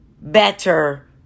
better